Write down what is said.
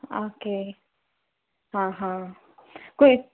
okay हा हा खंय